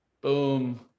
Boom